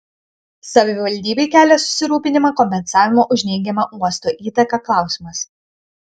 savivaldybei kelia susirūpinimą kompensavimo už neigiamą uosto įtaką klausimas